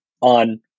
on